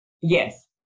Yes